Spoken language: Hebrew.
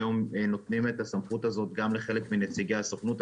היום נותנים את הסמכות הזאת גם לחלק מנציגי הסוכנות.